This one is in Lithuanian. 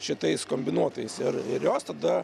šitais kombinuotais ir ir jos tada